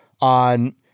on